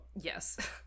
Yes